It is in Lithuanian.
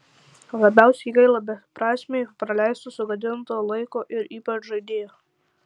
labiausiai gaila beprasmiai praleisto sugadinto laiko ir ypač žaidėjų